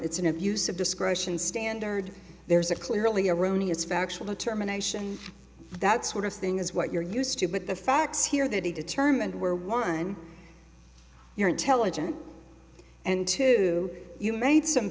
it's an abuse of discretion standard there's a clearly erroneous factual determination that sort of thing is what you're used to but the facts here that he determined wear one you're intelligent and two you made some